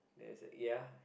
then I said ya